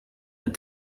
een